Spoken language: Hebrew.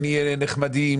"נהיה נחמדים",